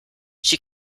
she